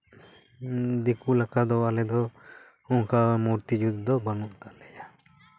ᱫᱤᱠᱩ ᱞᱮᱠᱟ ᱫᱚ ᱟᱞᱮ ᱫᱚ ᱚᱝᱠᱟ ᱢᱩᱨᱛᱤ ᱡᱩᱛ ᱫᱚ ᱵᱟᱹᱱᱩᱜ ᱛᱟᱞᱮᱭᱟ